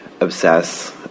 obsess